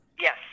Yes